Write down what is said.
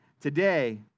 Today